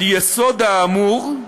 על יסוד האמור,